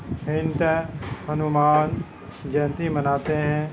مل کے ہنومان جینتی مناتے ہیں